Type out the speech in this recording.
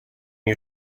you